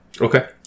Okay